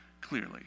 clearly